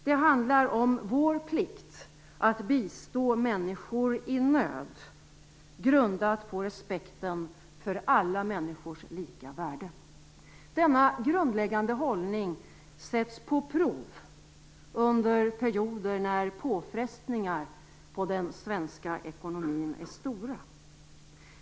Det handlar om vår plikt att bistå människor i nöd, grundad på respekten för alla människors lika värde. Denna grundläggande hållning sätts på prov under perioder när påfrestningarna på den svenska ekonomin är stora.